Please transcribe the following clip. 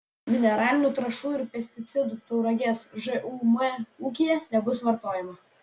mineralinių trąšų ir pesticidų tauragės žūm ūkyje nebus vartojama